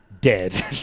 dead